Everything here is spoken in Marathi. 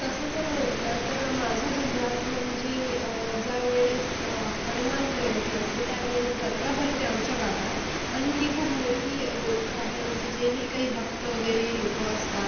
तसं जर म्हटलं तर माझ्या जिल्ह्यात म्हणजे ज्यावेळेस हनुमान जयंती असते त्यावेळेस जत्रा भरते आमच्या गावात आणि ती खूप मोठी गोष्ट आहे म्हणजे जे ही काही भक्त वगैरे लोक असतात